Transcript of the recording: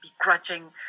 begrudging